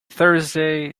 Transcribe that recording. thursday